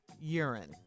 urine